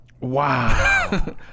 Wow